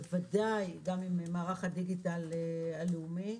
בוודאי גם עם מערך הדיגיטל הלאומי,